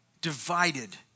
divided